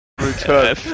Return